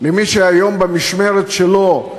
למי שהיום, במשמרת שלו,